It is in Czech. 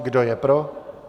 Kdo je pro?